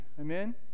Amen